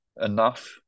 enough